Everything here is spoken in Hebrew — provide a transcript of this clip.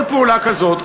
כל פעולה כזאת,